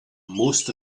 most